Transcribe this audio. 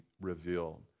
revealed